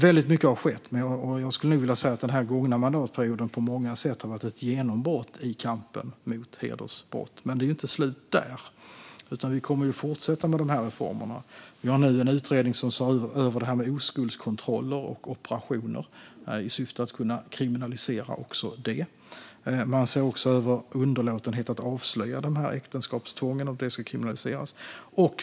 Väldigt mycket har skett, och jag skulle vilja säga att den gångna mandatperioden på många sätt har varit ett genombrott i kampen mot hedersbrott. Men det tar inte slut här, utan vi kommer att fortsätta med reformer. Nu ser en utredning över detta med oskuldskontroller och hymenoperationer i syfte att kunna kriminalisera även det. Man ser också över om underlåtenhet att avslöja äktenskapstvång ska kriminaliseras.